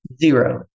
zero